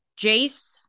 Jace